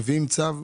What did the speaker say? כשמביאים צו,